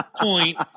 point